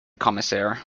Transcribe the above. commissaire